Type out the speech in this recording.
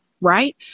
right